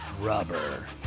rubber